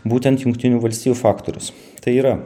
būtent jungtinių valstijų faktorius tai yra